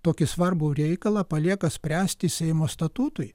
tokį svarbų reikalą palieka spręsti seimo statutui